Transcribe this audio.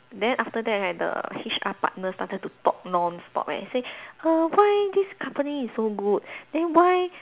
then after that right the H_R partner started to talk non stop eh say err why this company is so good then why